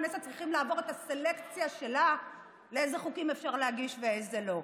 הכנסת צריכים לעבור את הסלקציה שלה לאיזה חוקים אפשר להגיש ואיזה לא.